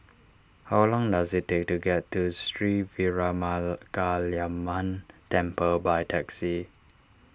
how long does it take to get to Sri Veeramakaliamman Temple by taxi